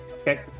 Okay